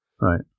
right